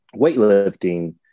weightlifting